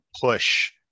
push